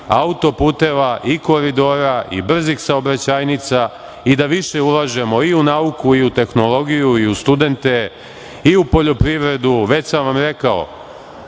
auto-puteva, koridora, brzih saobraćajnica i da više ulažemo i u nauku i u tehnologiju i u studente i u poljoprivredu. Već sam vam rekao,